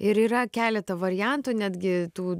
ir yra keleta variantų netgi tų